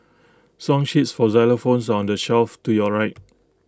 song sheets for xylophones on the shelf to your right